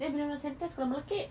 then bila sanitise kalau melekit